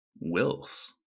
Wills